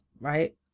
right